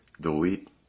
delete